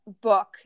book